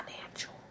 financial